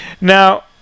Now